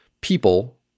people